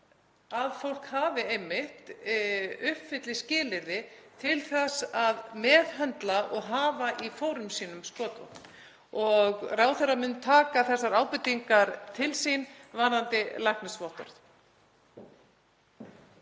að fólk einmitt uppfylli skilyrði til þess að meðhöndla og hafa í fórum sínum skotvopn. Ráðherra mun svo taka þessar ábendingar til sín varðandi læknisvottorð.